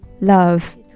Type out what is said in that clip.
love